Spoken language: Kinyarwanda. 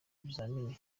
ibizamini